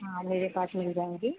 हाँ मेरे पास मिल जाएंगी